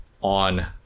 on